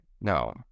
No